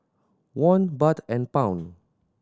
Won Baht and Pound